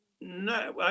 No